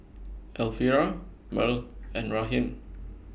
Elvira Merl and Raheem